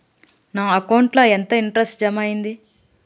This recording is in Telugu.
నా అకౌంట్ ల ఎంత ఇంట్రెస్ట్ జమ అయ్యింది?